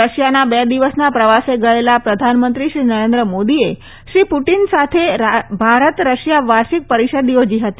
રશિયાના બે દિવસના પ્રવાસે ગયેલા પ્રધાનમંત્રી શ્રી નરેન્દ્ર મોદીએ શ્રી પુટીન સાથે ભારત રશિયા વાર્ષિક પરિષદ યોજી હતી